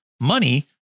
money